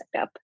up